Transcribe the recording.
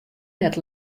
net